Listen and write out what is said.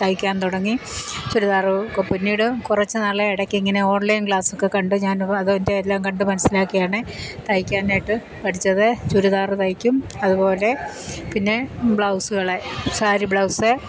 തയ്ക്കാ തുടങ്ങി ചുരിദാറ് ഒക്കെ പിന്നീട് കൊറച്ച് നാള് എടയ്ക്കിങ്ങനെ ഓൺലൈൻ ക്ലാസ് ഒക്കെ കണ്ട് ഞാൻ അതിൻ്റെയെല്ലാം കണ്ട് മനസിലാക്കിയാണ് തയ്ക്കാനായിട്ട് പഠിച്ചത് ചുരിദാറ് തയ്ക്കും അതുപോലെ പിന്നെ ബ്ലൗസ്കൾ സാരി ബ്ലൗസ്